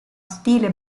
stile